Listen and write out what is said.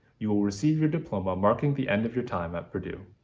you will receive your diploma, marking the end of your time at purdue.